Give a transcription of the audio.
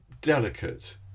delicate